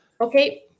Okay